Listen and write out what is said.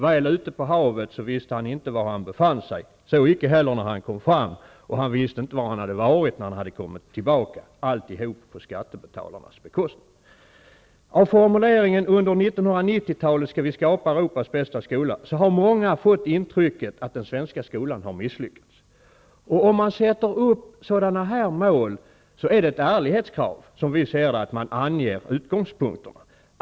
Väl ute på havet visste han inte var han befann sig. Så icke heller när han kom fram, och han visste inte var han hade varit när han hade kommit tillbaka. Alltihop skedde på skattebetalarnas bekostnad. Av formuleringen, att vi under 1990-talet skall skapa Europas bästa skola, har många fått intrycket att den svenska skolan har misslyckats. Om man sätter upp sådana mål är det ett ärlighetskrav att man anger utgångspunkterna.